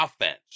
offense